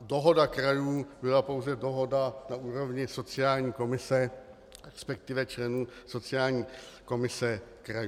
dohoda krajů byla pouze dohoda na úrovni sociální komise, resp. členů sociální komise krajů.